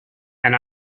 and